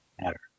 matter